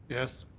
yes.